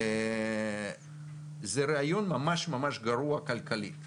זה רעיון ממש-ממש גרוע כלכלית.